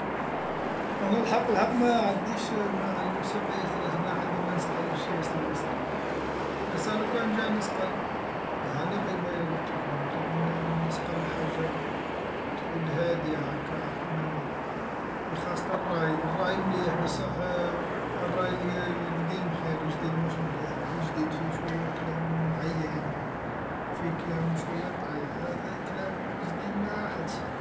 انا الحق الحق ما عنديش مع الموسيقى ياسر ياسر، ما عندي ما نسقلش ياسر ياسر، بصح لو كان جاء نسقل هاني قير قبيلة قتلكم قتلكم ن- نسقل لحاجة تعود هادية هاكا نوع خاص الراي الراي مليح بصح لراي القديم خير لجديد مش مليح الجديد فيه شوية كلام عيان، فيه كلام شوية طايح، هذا كلام جديد ما حبشي.